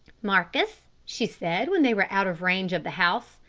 marcus, she said when they were out of range of the house,